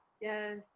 Yes